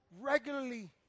regularly